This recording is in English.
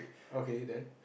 okay then